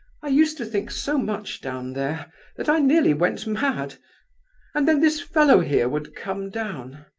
i used to think so much down there that i nearly went mad and then this fellow here would come down.